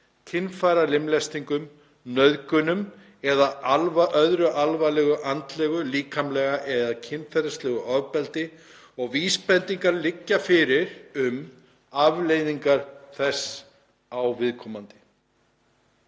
kynfæralimlestingum, nauðgun eða öðru alvarlegu andlegu, líkamlegu eða kynferðislegu ofbeldi og vísbendingar liggja fyrir um afleiðingar þess á viðkomandi.